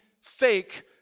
fake